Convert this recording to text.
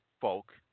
folk